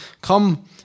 Come